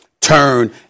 turn